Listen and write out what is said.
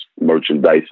Merchandise